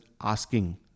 asking